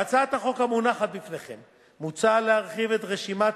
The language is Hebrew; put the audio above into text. בהצעת החוק המונחת בפניכם מוצע להרחיב את רשימת